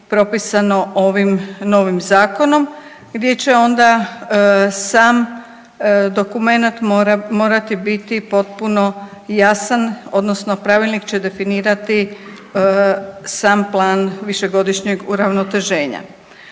propisano ovim novim zakonom gdje će onda sam dokumenat morati biti potpuno jasan odnosno pravilnik će definirati sam plan višegodišnjeg uravnoteženja.